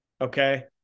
Okay